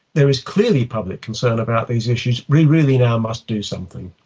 there is clearly public concern about these issues, we really now must do something.